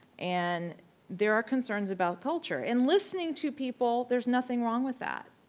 and there are concerns about culture. and listening to people, there's nothing wrong with that.